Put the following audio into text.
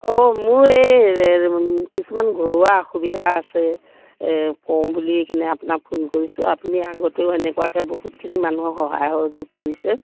অঁ মোৰ এই কিছুমান ঘৰুৱা অসুবিধা আছে কওঁ বুলি কিনে আপোনাক ফোন কৰিছোঁ আপুনি আগতেও সেনেকুৱাকে বহুতখিনি মানুহক সহায় সহযোগ কৰিছে